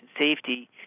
safety